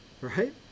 right